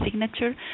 signature